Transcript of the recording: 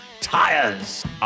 Tires